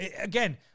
Again